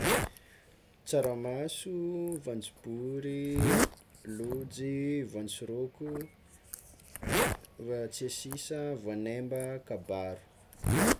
Tsaramaso, voanjobory, lojy, voantsiroko, ah tsiasisa, voanemba, kabaro.